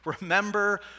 Remember